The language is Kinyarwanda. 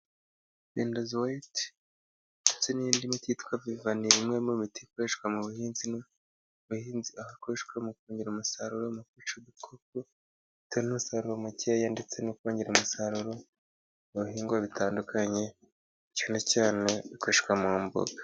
Bendazawayiti ndetse nindi miti yitwa bivani ni imwe mu miti ikoreshwa mu buhinzi. Mu buhinzi aho ikoreshwa mu kongera umusaruro, mu kwica udukoko, mukongera umusaruro mukeya ndetse, no kongera umusaruro mu bihingwa bitandukanye cyane cyane bikoreshwa mu mboga.